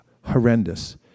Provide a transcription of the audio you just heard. horrendous